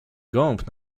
gołąb